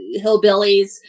Hillbillies